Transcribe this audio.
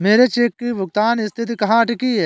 मेरे चेक की भुगतान स्थिति कहाँ अटकी है?